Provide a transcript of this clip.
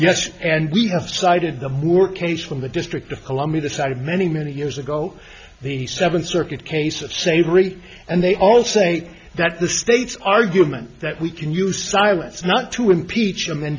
us and we have cited the who are case from the district of columbia the site of many many years ago the seventh circuit case of savory and they all say that the state's argument that we can use silence not to impeach him and